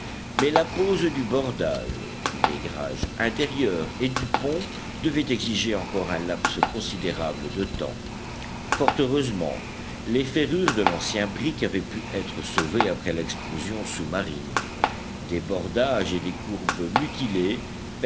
mais la pose du bordage du vaigrage intérieur et du pont devait exiger encore un laps considérable de temps fort heureusement les ferrures de l'ancien brick avaient pu être sauvées après l'explosion sous-marine des bordages et des courbes mutilés